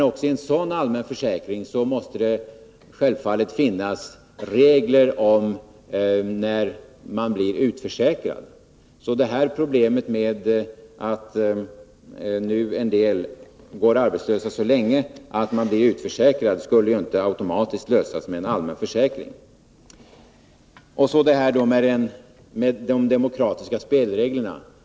Också i en allmän försäkring måste det självfallet finnas regler om när man blir utförsäkrad. Problemet med att en del går arbetslösa så länge att de blir utförsäkrade skulle inte automatiskt lösas med en allmän försäkring. Så det här med de demokratiska spelreglerna.